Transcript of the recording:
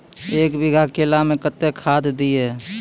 एक बीघा केला मैं कत्तेक खाद दिये?